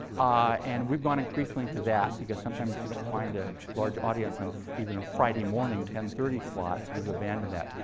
and we've gone increasingly to that, because sometimes you don't find a large audience and even on friday morning ten thirty slots. we've abandoned that.